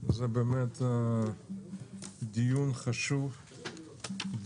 זה באמת דיון חשוב,